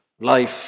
life